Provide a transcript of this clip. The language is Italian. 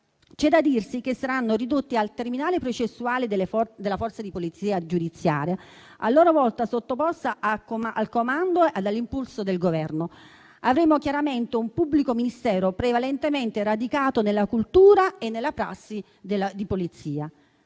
dell'accusa, saranno ridotti al terminale processuale della Forza di polizia giudiziaria, a sua volta sottoposta al comando e all'impulso del Governo. Avremmo, chiaramente, un pubblico ministero prevalentemente radicato nella cultura e nella prassi di polizia.